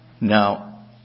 Now